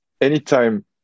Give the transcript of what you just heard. Anytime